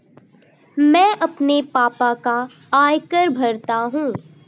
मैं अपने पापा का आयकर भरता हूं